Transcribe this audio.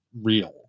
real